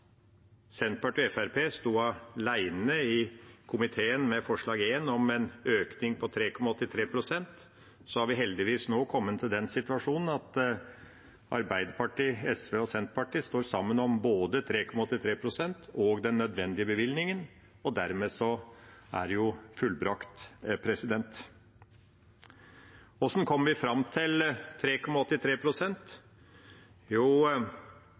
Senterpartiet og Fremskrittspartiet sto alene i komiteen om forslag nr. 1, om en økning på 3,83 pst., har vi heldigvis nå kommet i den situasjonen at Arbeiderpartiet, SV og Senterpartiet står sammen om både 3,83 pst. og den nødvendige bevilgningen. Dermed er det fullbrakt. Hvordan kom vi fram til 3,83 pst.? Jo,